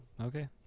okay